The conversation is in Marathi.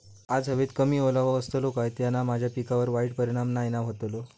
आज हवेत कमी ओलावो असतलो काय त्याना माझ्या पिकावर वाईट परिणाम नाय ना व्हतलो?